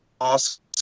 awesome